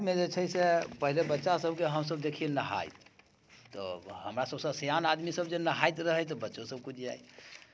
मे जे छै से पहिले बच्चा सभके हमसभ देखियै नहाइत तऽ हमरा सभसँ सिआन आदमी सभजे नहाइत रहै तऽ बच्चो सभ कुदि जाइ